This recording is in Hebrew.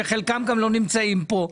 שחלקם גם לא נמצאים פה.